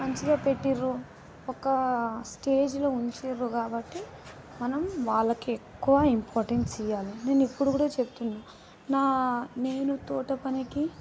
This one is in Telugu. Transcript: మంచిగా పెట్టారు ఒక స్టేజిలో ఉంచారు కాబట్టి మనం వాళ్ళకి ఎక్కువ ఇంపార్టెన్స్ ఇవ్వాలి నేను ఇప్పుడు కూడా చెప్తున్నాను నా నేను తోట పనికి